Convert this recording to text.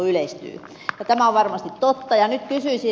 tämä on varmasti totta